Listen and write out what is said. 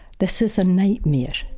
this is a nightmare.